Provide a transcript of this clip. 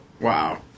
Wow